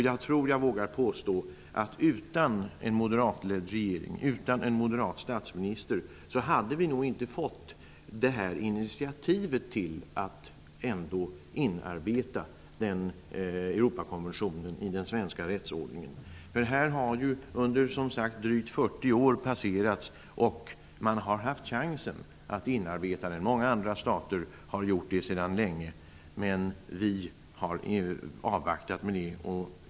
Jag tror att jag vågar påstå att initiativet till att inarbeta Europakonventionen i den svenska rättsordningen nog inte hade tagits utan en moderatledd regering och utan en moderat statsminister. Drygt 40 år har passerat. Man har haft chansen att inarbeta konventionen. Många andra stater gjorde det för länge sedan, men vi har avvaktat med det.